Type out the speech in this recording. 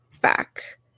back